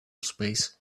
space